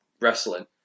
wrestling